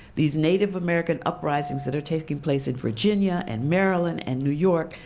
these native american uprisings that are taking place in virginia, and maryland, and new york.